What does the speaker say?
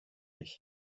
ich